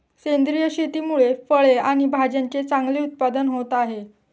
सेंद्रिय शेतीमुळे फळे आणि भाज्यांचे चांगले उत्पादन होत आहे